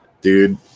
dude